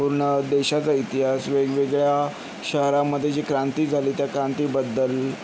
पूर्ण देशाचा इतिहास वेगवेगळ्या शहरांमध्ये जी क्रांती झाली त्या क्रांतीबद्दल